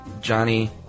Johnny